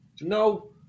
No